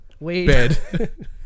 bed